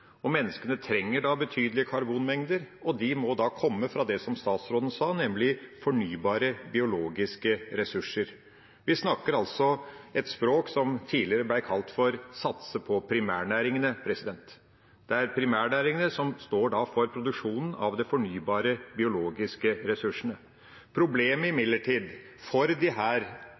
Menneskene trenger betydelige karbonmengder, og de må komme fra det som statsråden sa, nemlig fornybare biologiske ressurser. Vi snakker altså et språk som tidligere ble kalt for satse-på-primæringene. Det er primærnæringene som står for produksjonen av de fornybare biologiske ressursene. Problemet for dette næringslivet som er knyttet til de